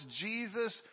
Jesus